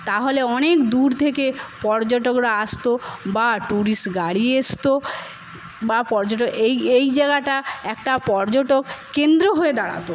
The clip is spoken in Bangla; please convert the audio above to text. তাহলে অনেক দূর থেকে পর্যটকরা আসত বা ট্যুরিস্ট গাড়ি আসত বা পর্যট এই এই জায়গাটা একটা পর্যটক কেন্দ্র হয়ে দাঁড়াত